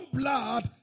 blood